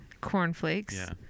cornflakes